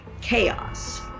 chaos